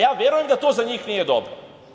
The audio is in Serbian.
Ja verujem da to za njih nije dobro.